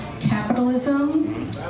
Capitalism